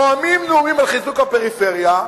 נואמים נאומים על חיזוק הפריפריה,